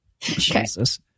Jesus